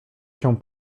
się